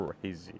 crazy